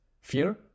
fear